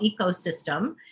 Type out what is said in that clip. ecosystem